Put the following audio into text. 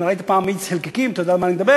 אם ראית פעם מאיץ חלקיקים אתה יודע על מה אני מדבר.